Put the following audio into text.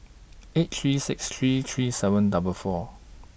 eight three six three three seven double four